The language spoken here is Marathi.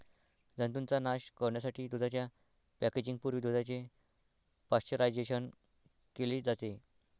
जंतूंचा नाश करण्यासाठी दुधाच्या पॅकेजिंग पूर्वी दुधाचे पाश्चरायझेशन केले जाते